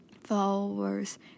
flowers